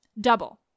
double